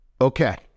Okay